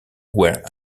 were